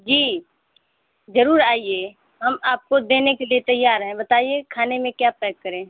जी जरूर आइए हम आपको देने के लिए तैयार हैं बताइए खाने में क्या पैक करें